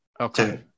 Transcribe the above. Okay